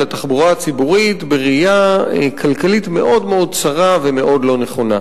התחבורה הציבורית בראייה כלכלית מאוד-מאוד צרה ומאוד לא נכונה.